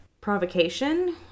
provocation